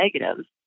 negatives